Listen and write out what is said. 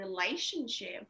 relationship